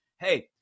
hey